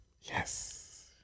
Yes